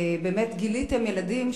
באמת גיליתם ילדים,